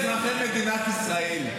לך לאזרחי מדינת ישראל,